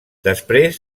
després